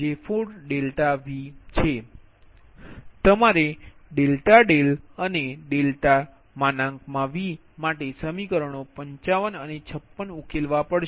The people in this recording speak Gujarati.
તેથી તમારે Δδ અને ∆V માટે સમીકરણો 55 અને 56 ઉકેલવા પડશે